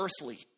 earthly